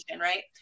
right